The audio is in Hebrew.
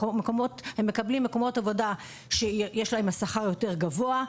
הן מקבלות שכר יותר גבוה במקום אחר.